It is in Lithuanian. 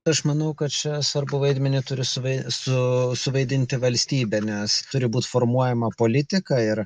aš manau kad čia svarbų vaidmenį turi suvai su suvaidinti valstybė nes turi būt formuojama politika ir